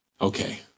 Okay